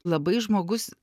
labai žmogus